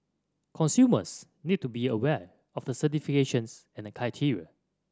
consumers need to be aware of the certifications and criteria